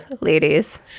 ladies